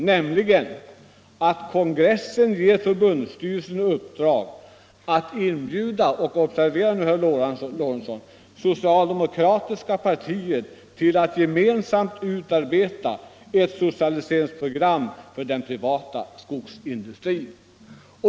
Det gick ut på att kongressen ger förbundsstyrelsen i uppdrag att inbjuda — jag understryker detta — socialdemokratiska partiet att gemensamt med förbundet utarbeta ett socialiseringsprogram för den privata skogsindustrin.